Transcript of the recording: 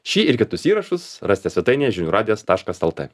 šį ir kitus įrašus rasite svetainėje žinių radijas taškas lt